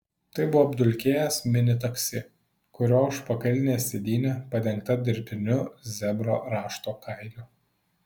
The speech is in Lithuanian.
tai buvo apdulkėjęs mini taksi kurio užpakalinė sėdynė padengta dirbtiniu zebro rašto kailiu